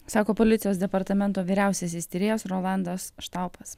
sako policijos departamento vyriausiasis tyrėjas rolandas štaupas